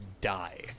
die